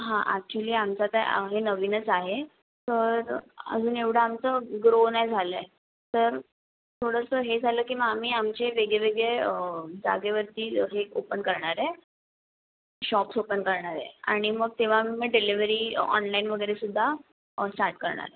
हां ॲक्चुली आमचं ते हे नवीनच आहे तर अजून एवढं आमचं ग्रो नाही झालं आहे तर थोडंसं हे झालं की मग आम्ही आमचे वेगळे वेगळे जागेवरती हे ओपन करणार आहे शॉप्स ओपन करणार आहे आणि मग तेव्हा मग डिलेवरी ऑनलाईन वगैरे सुद्धा स्टार्ट करणार आहे